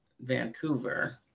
Vancouver